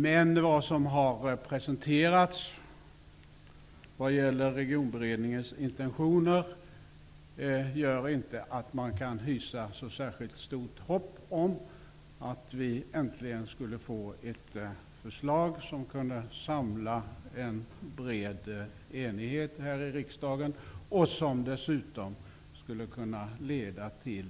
Men vad som har presenterats när det gäller regionberedningens intentioner gör inte att man kan hysa så särskilt stort hopp om att äntligen få ett förslag som kan samla en bred enighet här i riksdagen, vilket dessutom skulle kunna leda till